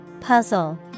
Puzzle